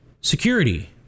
security